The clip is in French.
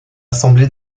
rassemblées